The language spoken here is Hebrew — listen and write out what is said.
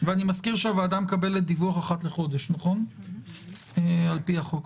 מזכיר שהוועדה מקבלת דיווח אחת לחודש, על פי החוק.